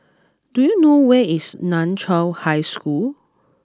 do you know where is Nan Chiau High School